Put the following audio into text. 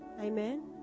Amen